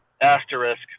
asterisk